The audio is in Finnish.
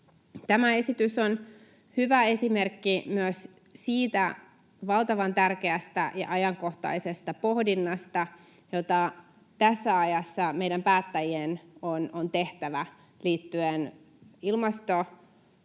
Tämä esitys on hyvä esimerkki myös siitä valtavan tärkeästä ja ajankohtaisesta pohdinnasta, jota tässä ajassa meidän päättäjien on tehtävä, liittyen